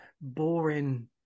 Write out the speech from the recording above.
boring